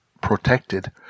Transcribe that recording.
protected